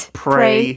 pray